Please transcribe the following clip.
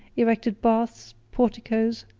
erected baths, porticos,